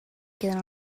queden